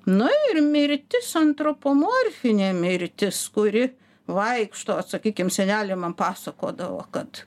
nu ir mirtis antropomorfinė mirtis kuri vaikšto sakykim senelė man pasakodavo kad